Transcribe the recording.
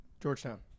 Georgetown